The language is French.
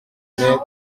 mettre